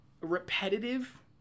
repetitive